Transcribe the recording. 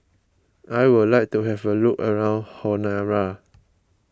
I would like to have a look around Honiara